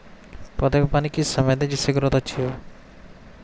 पौधे को पानी किस समय दें जिससे ग्रोथ अच्छी हो?